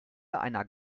einer